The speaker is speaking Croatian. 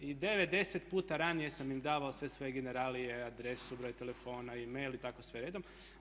I 9, 10 puta ranije sam im davao sve svoje generalije, adresu, broj telefona, e-mail i tako sve redom.